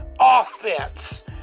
offense